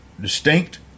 distinct